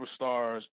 superstars